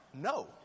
No